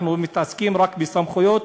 אנחנו מתעסקים רק בסמכויות,